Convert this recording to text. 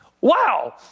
Wow